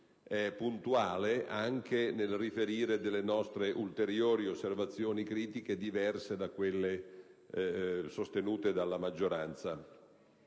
è puntuale anche nel riferire delle nostre ulteriori osservazioni critiche, diverse da quelle sostenute dalla maggioranza.